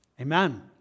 Amen